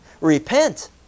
Repent